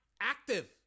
active